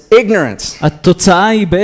ignorance